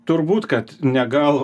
turbūt kad ne gal